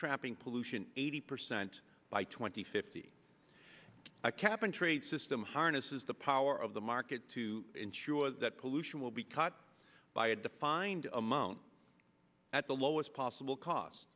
trapping pollution eighty percent by twenty fifty a cap and trade system harnesses the power of the market to ensure that pollution will be cut by a defined amount at the lowest possible cost